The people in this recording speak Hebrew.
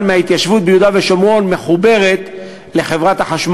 מההתיישבות ביהודה ושומרון מחובר אליה.